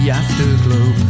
afterglow